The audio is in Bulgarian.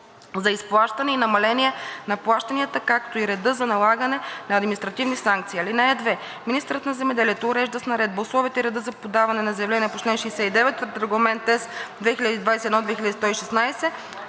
за изплащане и намаления на плащанията, както и реда за налагане на административни санкции. (2) Министърът на земеделието урежда с наредба условията и реда за подаване на заявления по чл. 69 от Регламент (ЕС) 2021/2116.